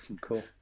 Cool